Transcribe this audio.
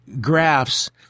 graphs